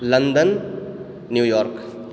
London New York